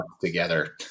together